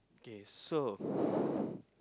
okay so